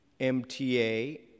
MTA